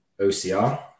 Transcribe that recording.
OCR